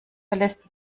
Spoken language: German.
verlässt